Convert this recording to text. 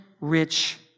rich